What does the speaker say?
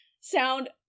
sound